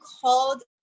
called